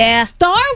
Star